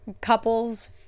couples